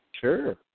Sure